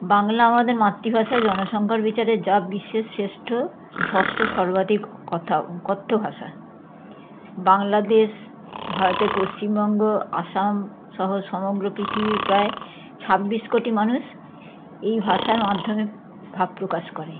বাংলা আমাদের মাতৃভাষা জনসংখ্যার বিচারে যা বিশ্বের শ্রেষ্ঠ ষষ্ঠ সর্বাধিক কথা কথ্য ভাষা বাংলাদেশ ভারতের পশ্চিমবঙ্গ আসাম সহ সমগ্র পৃথিবীর প্রায় ছাব্বিশ কোটি মানুষ এই ভাষার মাধ্যমে ভাব প্রকাশ করে